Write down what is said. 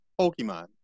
Pokemon